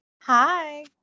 Hi